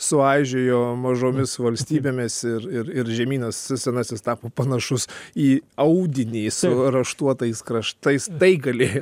suaižėjo mažomis valstybėmis ir ir žemynas se senasis tapo panašus į audinį su raštuotais kraštais tai galėjo